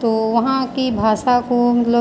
तो वहाँ की भाषा को हम लोग